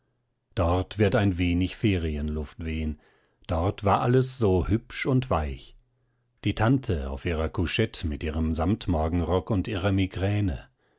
dort wird ein wenig ferienluft wehen dort war alles so hübsch und weich die tante auf ihrer couchette mit ihrem samtmorgenrock und ihrer migräne